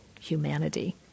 humanity